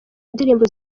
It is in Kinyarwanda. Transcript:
indirimbo